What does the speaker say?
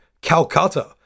Calcutta